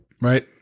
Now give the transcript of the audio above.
Right